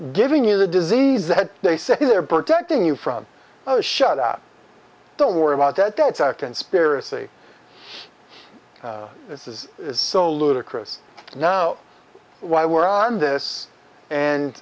giving you the disease that they say they're protecting you from shut up don't worry about that that's a conspiracy this is so ludicrous now why were on this and